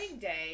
day